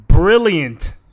Brilliant